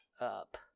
up